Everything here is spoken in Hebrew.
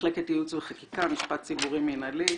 מחלקת יעוץ וחקיקה, משפט ציבורי מנהלי.